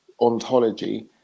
ontology